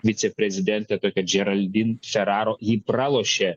viceprezidentę tokią džeraldin čeraro ji pralošė